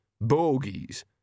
bogies